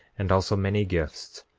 and also many gifts,